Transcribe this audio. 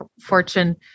Fortune